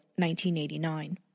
1989